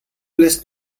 lässt